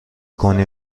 کنی